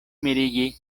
mirigi